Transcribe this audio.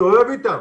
מסתובב איתם,